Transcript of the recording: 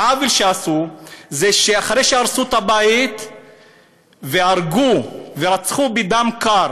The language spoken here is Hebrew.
העוול שעשו זה שאחרי שהרסו את הבית והרגו ורצחו בדם קר